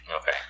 Okay